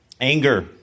Anger